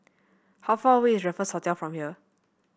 how far away is Raffles Hotel from here